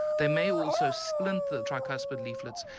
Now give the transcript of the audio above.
they may also splint the tricuspid leaflets,